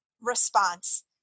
response